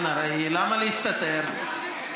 למה להסתתר?